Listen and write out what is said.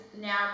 now